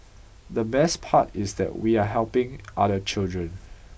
the best part is that we are helping other children